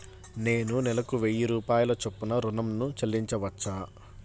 నేను నెలకు వెయ్యి రూపాయల చొప్పున ఋణం ను చెల్లించవచ్చా?